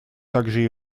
также